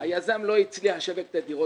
היזם לא הצליח לשווק את הדירות,